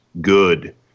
good